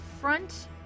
front